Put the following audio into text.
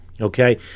okay